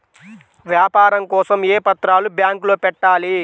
వ్యాపారం కోసం ఏ పత్రాలు బ్యాంక్లో పెట్టాలి?